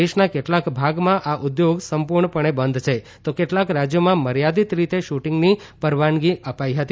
દેશના કેટલાક ભાગમાં આ ઉધ્યોગ સંપૂર્ણ પણે બંધ છે તો કેટલાંક રાજ્યોમાં મર્યાદિત રીતે શૂટિંગની પરવાનગી અપાઇ હતી